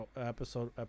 episode